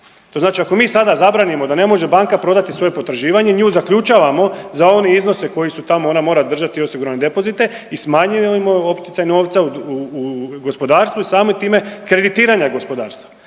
To znači ako mi sada zabranimo da ne može banka prodati svoje potraživanje nju zaključavamo za one iznose koji su tamo, ona mora držati osigurane depozite i smanjujemo opticaj novca u gospodarstvo i samim time kreditiranja gospodarstva,